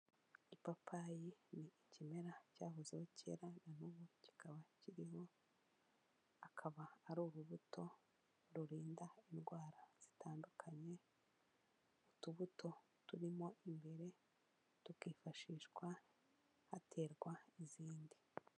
Ipapayi ni ikimera cyahozeho kera na n'ubu kikaba kiriho, akaba ari urubuto rurinda indwara zitandukanye, utubuto turimo imbere tukifashishwa haterwa izindi.